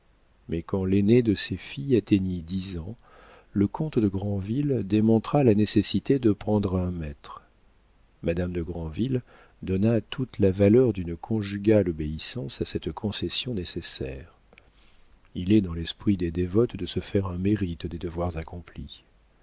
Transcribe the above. mais quand l'aînée de ses filles atteignit dix ans le comte de granville démontra la nécessité de prendre un maître madame de granville donna toute la valeur d'une conjugale obéissance à cette concession nécessaire il est dans l'esprit des dévotes de se faire un mérite des devoirs accomplis